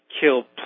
kill